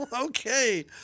Okay